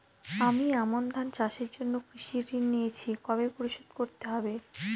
আমি আমন ধান চাষের জন্য কৃষি ঋণ নিয়েছি কবে পরিশোধ করতে হবে?